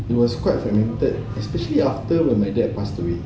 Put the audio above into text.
it was quite fragmented especially after my dad passed away